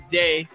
day